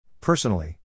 Personally